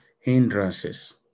hindrances